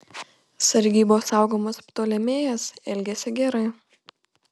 sargybos saugomas ptolemėjas elgėsi gerai